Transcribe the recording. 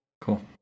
Cool